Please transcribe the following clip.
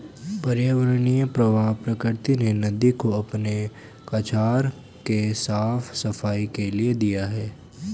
पर्यावरणीय प्रवाह प्रकृति ने नदी को अपने कछार के साफ़ सफाई के लिए दिया है